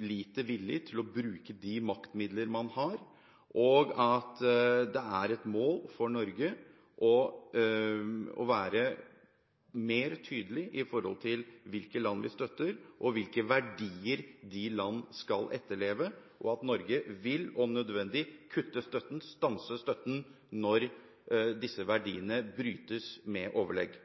lite villig til å bruke de maktmidler man har, at det er et mål for Norge å være mer tydelig med tanke på hvilke land vi støtter og hvilke verdier de land skal etterleve, og at Norge om nødvendig vil kutte støtten og stanse støtten når disse verdiene brytes med overlegg?